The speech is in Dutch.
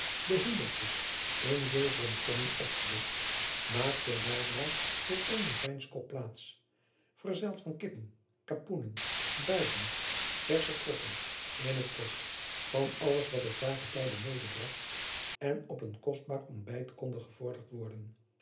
de hoendersoep in zilveren kommen opgedischt maakte weldra voor eenen zwijnskop plaats verzeld van kippen kapoenen duiven versche kroppen in t kort van alles wat het jaargetijde medebracht en op een kostbaar ontbijt konde gevorderd worden